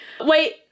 wait